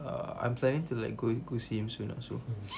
uh I'm planning to like going to see him soon ah also